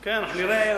כן, אנחנו נראה.